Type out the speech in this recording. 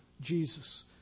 Jesus